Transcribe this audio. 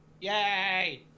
Yay